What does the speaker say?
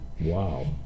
wow